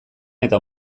eta